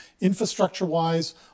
infrastructure-wise